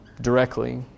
directly